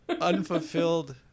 unfulfilled